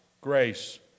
grace